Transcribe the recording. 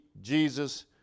Jesus